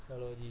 ਚਲੋ ਜੀ